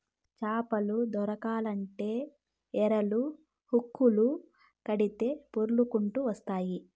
చేపలు దొరకాలంటే ఎరలు, హుక్కులు కడితే పొర్లకంటూ వస్తాయి